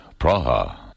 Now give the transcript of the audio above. Praha